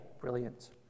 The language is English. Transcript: Brilliant